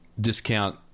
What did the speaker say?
discount